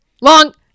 long